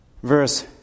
Verse